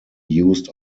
used